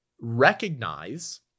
recognize